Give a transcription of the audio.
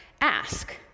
ask